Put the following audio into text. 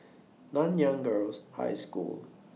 Nanyang Girls' High School